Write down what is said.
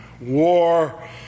war